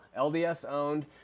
LDS-owned